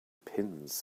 pins